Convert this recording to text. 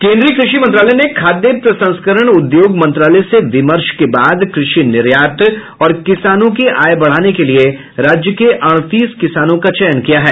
केन्द्रीय कृषि मंत्रालय ने खाद्य प्रसंस्करण उद्योग मंत्रालय से विमर्श के बाद कृषि निर्यात और किसानों की आय बढ़ाने के लिए राज्य के अड़तीस किसानों का चयन किया है